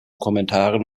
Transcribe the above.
kommentaren